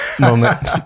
moment